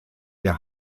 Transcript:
der